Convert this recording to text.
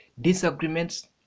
disagreements